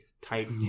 type